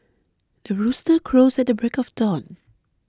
the rooster crows at the break of dawn